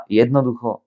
jednoducho